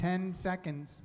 ten seconds